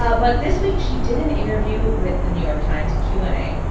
ah but this week, she did an interview with the new york times, a q and a,